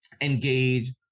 engage